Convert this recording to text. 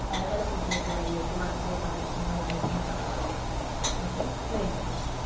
പലതരം ബുദ്ധിമുട്ടുകളിലേക്കും മാനസിക സംഘർഷങ്ങളിലേക്കും മറ്റും നയിക്കും